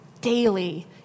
daily